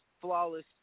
flawless